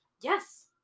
Yes